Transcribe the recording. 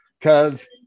Cause